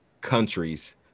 countries